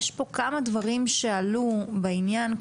יש פה כמה דברים שעלו בעניין,